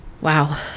wow